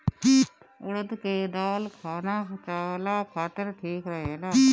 उड़द के दाल खाना पचावला खातिर ठीक रहेला